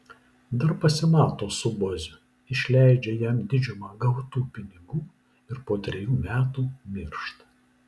dar pasimato su boziu išleidžia jam didžiumą gautų pinigų ir po trejų metų miršta